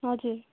हजुर